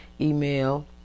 email